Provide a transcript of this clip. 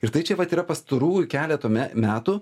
ir tai čia vat yra pastarųjų keleto metų